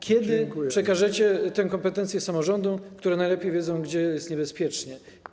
Kiedy przekażecie tę kompetencję samorządom, które najlepiej wiedzą, gdzie jest niebezpiecznie?